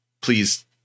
please